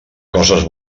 coses